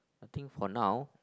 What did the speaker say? I think for now